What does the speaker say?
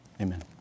Amen